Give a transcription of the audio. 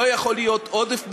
לא יכול להיות עודף ביצוע,